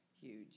huge